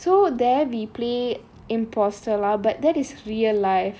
so there we play imposter lah but that is real life